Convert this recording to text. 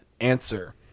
answer